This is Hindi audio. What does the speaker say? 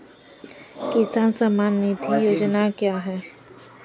किसान सम्मान निधि योजना क्या है?